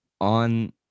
on